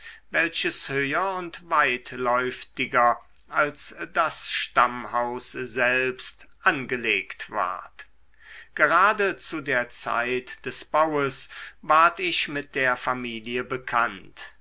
welches höher und weitläuftiger als das stammhaus selbst angelegt ward gerade zu der zeit des baues ward ich mit der familie bekannt